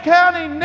County